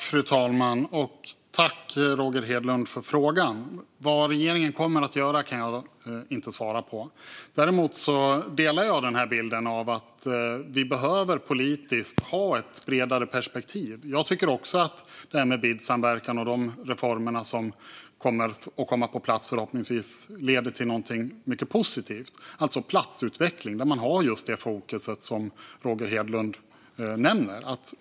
Fru talman! Jag tackar Roger Hedlund för frågan. Vad regeringen kommer att göra kan jag inte svara på. Däremot instämmer jag i bilden att vi behöver ett bredare perspektiv politiskt. BID-samverkan och de reformer som ska komma på plats kommer förhoppningsvis att leda till något positivt, det vill säga platsutveckling med det fokus som Roger Hedlund nämner.